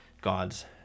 God's